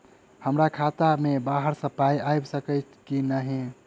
हमरा खाता मे बाहर सऽ पाई आबि सकइय की नहि?